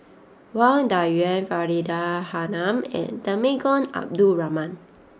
Wang Dayuan Faridah Hanum and Temenggong Abdul Rahman